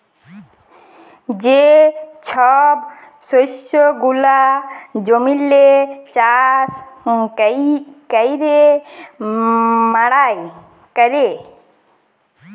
যে ছব শস্য গুলা জমিল্লে চাষ ক্যইরে মাড়াই ক্যরে